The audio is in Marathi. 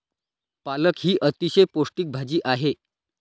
पालक ही अतिशय पौष्टिक भाजी आहे